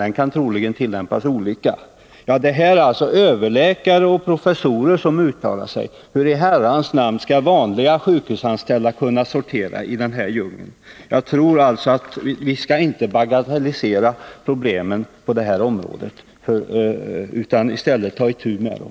Den kan troligen tillämpas olika.” Det är alltså överläkare och professorer som uttalar sig. Hur i Herrans namn skall vanliga sjukhusanställda kunna sortera i den här djungeln? Jag tror alltså att vi inte skall bagatellisera problemen på det här området utan i stället ta itu med dem.